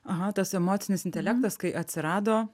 aha tas emocinis intelektas kai atsirado